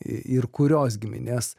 ir kurios giminės